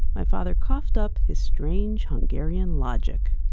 my father coughed up his strange hungarian logic.